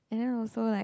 and then also like